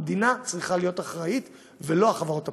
המדינה צריכה להיות אחראית, ולא החברות הפרטיות.